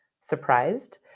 surprised